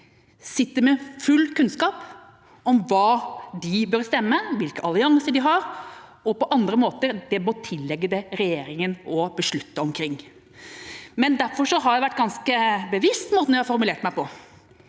sitter med full kunnskap om hva de bør stemme, hvilke allianser de har og andre spørsmål det må tilligge regjeringen å beslutte. Derfor har jeg vært ganske bevisst i måten jeg har formulert meg på,